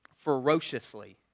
ferociously